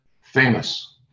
famous